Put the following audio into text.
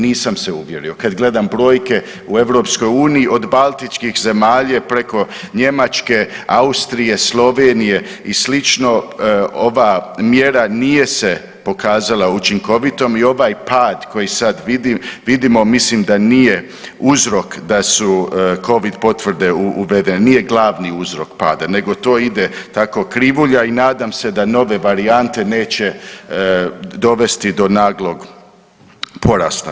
Nisam se uvjerio kad gledam brojke u EU od Baltičkih zemalja preko Njemačke, Austrije, Slovenije i slično ova mjera nije se pokazala učinkovitom i ovaj pad koji sad vidimo mislim da nije uzrok da su Covid potvrde uvedene, nije glavni uzrok pada nego to ide tako krivulja i nadam se da nove varijante neće dovesti do naglog porasta.